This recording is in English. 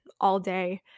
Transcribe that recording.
all-day